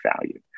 value